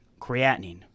creatinine